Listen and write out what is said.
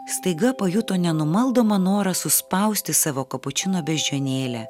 staiga pajuto nenumaldomą norą suspausti savo kapučino beždžionėlę